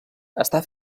està